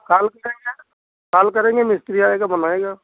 हाँ कॉल करेंगे काल करेंगे मिस्त्री आएगा बुलाएगा